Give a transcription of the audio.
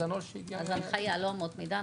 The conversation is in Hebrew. אז הנחיה, לא אמות מידה.